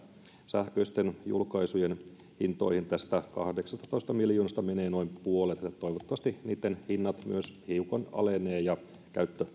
sähköisten julkaisujen hintoihin tästä kahdeksastatoista miljoonasta menee noin puolet eli toivottavasti niitten hinnat myös hiukan alenevat ja käyttö